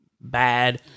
bad